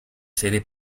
sede